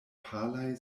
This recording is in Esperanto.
palaj